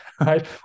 right